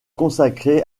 consacrée